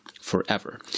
forever